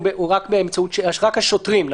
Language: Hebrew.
הוא רק באמצעות רק השוטרים,